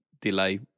delay